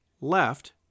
left